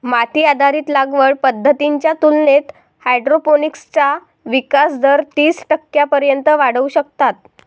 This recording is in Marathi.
माती आधारित लागवड पद्धतींच्या तुलनेत हायड्रोपोनिक्सचा विकास दर तीस टक्क्यांपर्यंत वाढवू शकतात